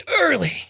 early